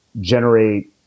generate